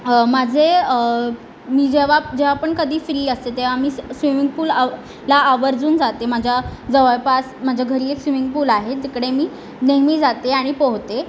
माझे मी जेव्हा जेव्हा पण कधी फ्री असते तेव्हा मी स्वीमिंग पूल ला आवर्जून जाते माझ्या जवळपास माझ्या घरी एक स्वीमिंग पूल आहे तिकडे मी नेहमी जाते आणि पोहते